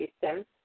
system